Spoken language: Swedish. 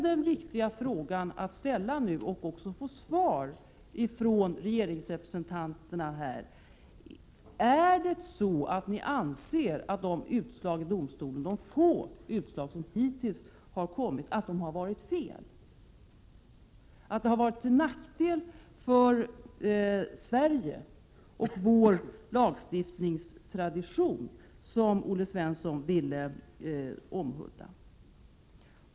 Den viktiga frågan att ställa och också få ett svar på från regeringsrepresentanterna är denna: Anser ni att de få utslag som hittills har kommit från Europadomstolen har varit fel, att de har varit till nackdel för Sverige och vår lagstiftningstradition, som Olle Svensson ville omhulda?